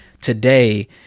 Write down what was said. today